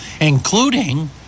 including